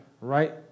Right